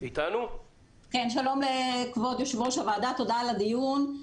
שלום לכבוד יושב-ראש הוועדה, תודה על הדיון.